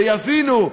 ויבינו,